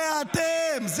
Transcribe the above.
זה אתם.